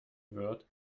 word